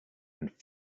and